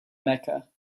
mecca